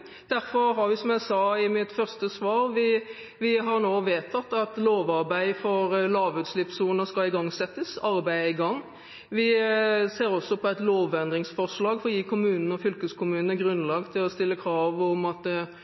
Derfor har vi nå, som jeg sa i mitt første svar, vedtatt at lovarbeid for lavutslippssoner skal igangsettes – arbeidet er i gang. Vi ser også på et lovendringsforslag for å gi kommunene og fylkeskommunene grunnlag for å stille krav om at